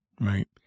Right